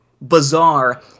bizarre